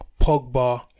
Pogba